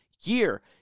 year